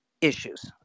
issues